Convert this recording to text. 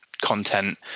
content